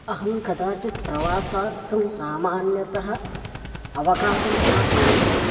अहं कदाचित् प्रवासार्थं सामान्यतः अवकाशं प्राप्नोमि चेत्